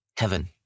heaven